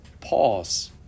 pause